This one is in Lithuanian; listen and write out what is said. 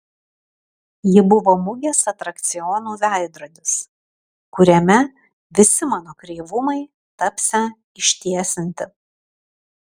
ji buvo mugės atrakcionų veidrodis kuriame visi mano kreivumai tapsią ištiesinti